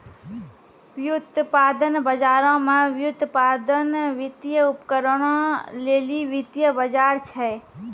व्युत्पादन बजारो मे व्युत्पादन, वित्तीय उपकरणो लेली वित्तीय बजार छै